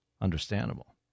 Understandable